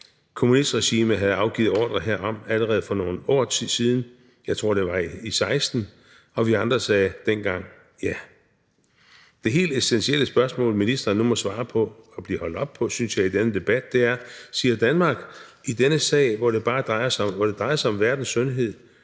Kommunistregimet havde afgivet ordre herom allerede for nogle år siden – jeg tror, det var i 2016 – og vi andre sagde dengang ja. Det helt essentielle spørgsmål, ministeren nu må svare på og vil blive holdt op på, synes jeg, i denne debat, er: Siger Danmark i denne sag, hvor det drejer sig om verdens sundhed,